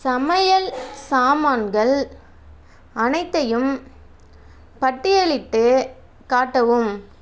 சமையல் சாமான்கள் அனைத்தையும் பட்டியலிட்டு காட்டவும்